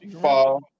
Fall